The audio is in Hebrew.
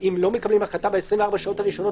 אם לא מקבלים החלטה ב-24 שעות הראשונות,